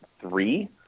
three